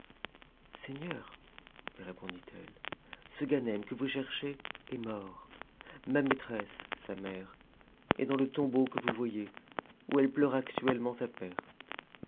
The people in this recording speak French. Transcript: lui répondit-elle ce ganem que vous cherchez est mort ma maîtresse sa mère est dans le tombeau que vous voyez où elle pleure actuellement sa perte